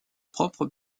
propre